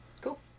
Cool